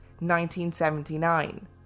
1979